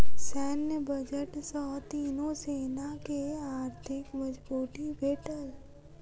सैन्य बजट सॅ तीनो सेना के आर्थिक मजबूती भेटल